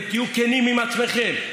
ותהיו כנים עם עצמכם.